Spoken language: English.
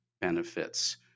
benefits